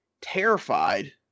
terrified